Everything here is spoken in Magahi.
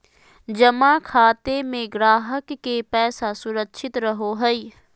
जमा खाते में ग्राहक के पैसा सुरक्षित रहो हइ